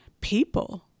people